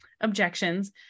objections